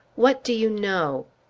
what do you know?